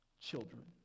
children